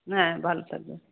হ্যাঁ ভালো থাকবেন